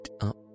up